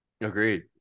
agreed